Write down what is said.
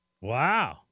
Wow